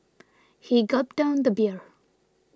he gulped down the beer